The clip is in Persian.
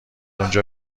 اونجا